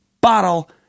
bottle